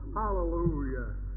hallelujah